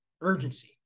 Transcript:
urgency